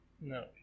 No